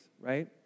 right